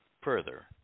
Further